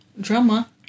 drama